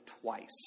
twice